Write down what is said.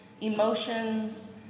emotions